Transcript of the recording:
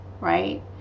right